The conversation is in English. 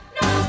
no